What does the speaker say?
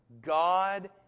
...God